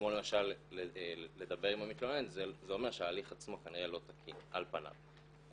כמו למשל לדבר עם המתלוננת זה אומר שההליך עצמו כנראה לא תקין על פניו.